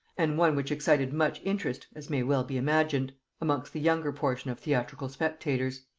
and one which excited much interest, as may well be imagined, amongst the younger portion of theatrical spectators.